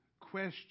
question